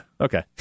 Okay